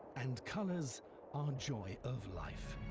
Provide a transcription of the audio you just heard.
and colors are joy of life.